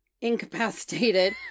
incapacitated